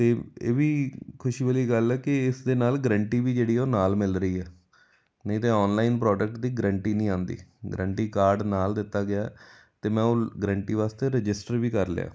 ਅਤੇ ਇਹ ਵੀ ਖੁਸ਼ੀ ਵਾਲੀ ਗੱਲ ਹੈ ਕਿ ਇਸਦੇ ਨਾਲ ਗਰੰਟੀ ਵੀ ਜਿਹੜੀ ਹੈ ਉਹ ਨਾਲ ਮਿਲ ਰਹੀ ਹੈ ਨਹੀਂ ਤਾਂ ਔਨਲਾਈਨ ਪ੍ਰੋਡਕਟ ਦੀ ਗਰੰਟੀ ਨਹੀਂ ਆਉਂਦੀ ਗਰੰਟੀ ਕਾਰਡ ਨਾਲ ਦਿੱਤਾ ਗਿਆ ਅਤੇ ਮੈਂ ਉਹ ਗਰੰਟੀ ਵਾਸਤੇ ਰਜਿਸਟਰ ਵੀ ਕਰ ਲਿਆ